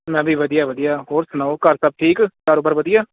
ਮੈਂ ਵੀ ਵਧੀਆ ਵਧੀਆ ਹੋਰ ਸੁਣਾਓ ਘਰ ਸਭ ਠੀਕ ਕਾਰੋਬਾਰ ਵਧੀਆ